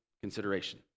consideration